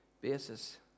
basis